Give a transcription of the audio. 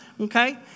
Okay